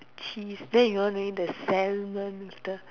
cheese then you all need the salmon with the